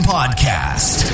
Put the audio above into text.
Podcast